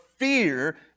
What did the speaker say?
fear